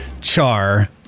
char